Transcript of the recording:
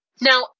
Now